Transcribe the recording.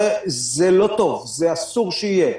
זה לא טוב, זה אסור שיהיה.